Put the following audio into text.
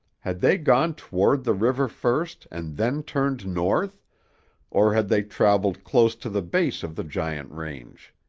had they gone toward the river first and then turned north or had they traveled close to the base of the giant range?